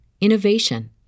innovation